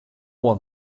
one